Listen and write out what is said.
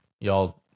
y'all